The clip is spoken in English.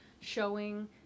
showing